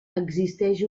existeix